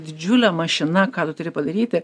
didžiulė mašina ką turi padaryti